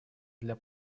для